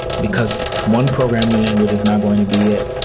because one program language is not going to be it.